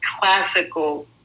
classical